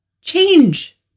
change